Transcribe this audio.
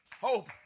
hope